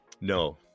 No